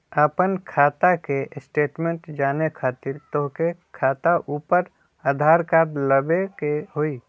आपन खाता के स्टेटमेंट जाने खातिर तोहके खाता अऊर आधार कार्ड लबे के होइ?